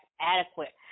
adequate